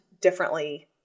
differently